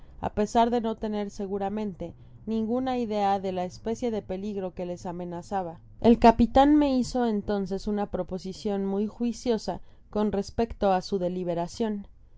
á pesar de no tener seguramente ninguna idea de la especie de peligro que les amenazaba el capitan me hizo entonces una proposicion muy juiciosa con respecto á su deliberacion